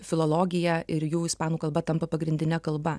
filologiją ir jų ispanų kalba tampa pagrindine kalba